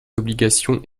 obligations